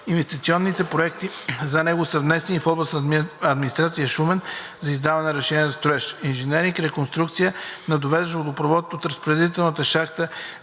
Инвестиционните проекти за него са внесени в Областна администрация – Шумен, за издаване на разрешение за строеж; „Инженеринг – реконструкция на довеждащ водопровод от разпределителна шахта